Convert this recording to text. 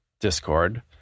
Discord